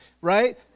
right